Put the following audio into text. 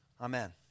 amen